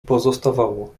pozostawało